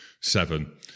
Seven